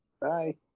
Bye